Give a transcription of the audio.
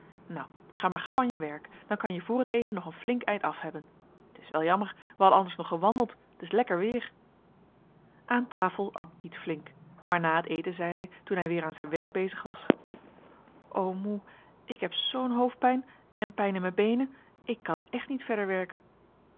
nou ga maar gauw aan je werk dan kan je voor het eten nog een flink eind af hebben t is wel jammer we hadden anders nog gewandeld t is lekker weer aan tafel at piet flink maar na het eten zei hij toen hij weer aan zijn werk bezig was o moe ik heb zoo'n hoofdpijn en pijn in mijn beenen ik kan echt niet verder werken